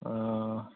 ᱚ